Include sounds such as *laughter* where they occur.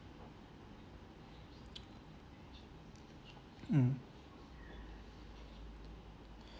*noise* mm *breath*